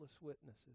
witnesses